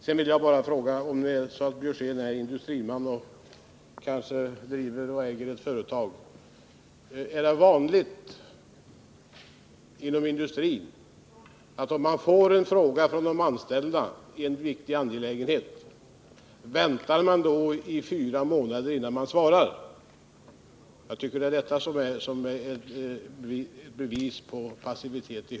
Sedan vill jag bara fråga, om det är så att Karl Björzén är industriman och kanske driver och äger ett företag: Är det vanligt inom industrin att man, om man får en fråga från de anställda i en viktig angelägenhet, väntar i fyra månader innan man svarar? Jag tycker att detta i hög grad är bevis på passivitet.